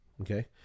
Okay